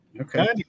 okay